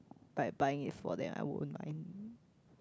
by buying it for them I won't mind